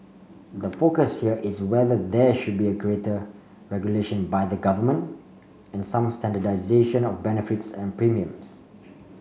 the focus here is whether there should be greater regulation by the government and some standardisation of benefits and premiums